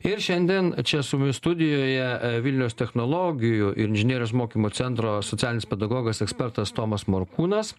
ir šiandien čia su mumis studijoje vilniaus technologijų ir inžinerijos mokymo centro socialinis pedagogas ekspertas tomas morkūnas